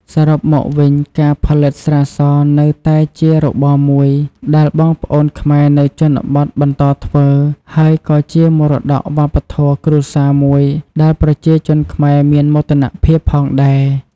សរុបមកវិញ ការផលិតស្រាសនៅតែជារបរមួយដែលបងប្អូនខ្មែរនៅជនបទបន្តធ្វើ ហើយក៏ជាមរតក៌វប្បធម៌គ្រួសារមួយដែលប្រជាជនខ្មែរមានមោទនភាពផងដែរ។